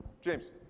James